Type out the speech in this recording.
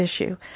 issue